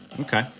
Okay